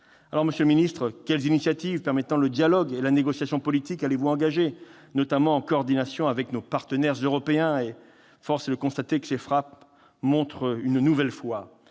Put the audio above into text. Alors, monsieur le ministre, quelles initiatives permettant le dialogue et la négociation politique allez-vous engager, notamment en coordination avec nos partenaires européens ? Force est de constater que ces frappes montrent une nouvelle fois